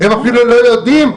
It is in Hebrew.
הם אפילו לא יודעים.